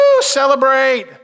celebrate